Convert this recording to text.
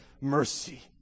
mercy